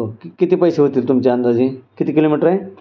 okay किती पैसे होतील तुमच्या अंदाजे किती किलोमीटर आहे